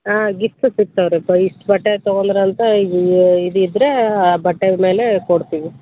ಹಾಂ ಗಿಫ್ಟೂ ಸಿಗ್ತವೆ ರಿ ಬ ಇಷ್ಟು ಬಟ್ಟೆ ತೊಗೊಂಡ್ರ್ ಅಂತ ಇದಿದ್ದರೆ ಆ ಬಟ್ಟೆ ಮೇಲೆ ಕೊಡ್ತೀವಿ